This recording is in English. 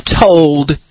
told